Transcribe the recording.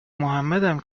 محمدم